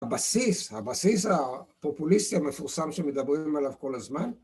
הבסיס, הבסיס הפופוליסטי המפורסם שמדברים עליו כל הזמן